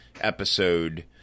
episode